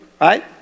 Right